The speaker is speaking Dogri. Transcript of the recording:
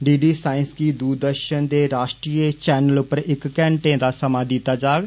डी डी साईंस गी दूरदर्षन दे राश्ट्रीय चैनल पर इक घैंटे दा समां दिता जाह्ग